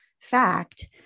fact